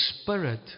Spirit